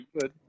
good